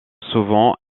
souvent